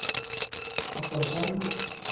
ᱟᱨ ᱯᱚᱭᱥᱟ ᱨᱮᱱᱟᱜ